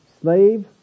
Slave